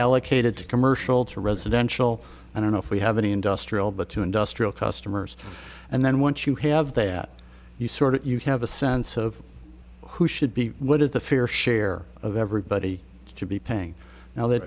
allocated to commercial to residential i don't know if we have any industrial but to industrial customers and then once you have that you sort it you have a sense of who should be what is the fair share of everybody to be paying now that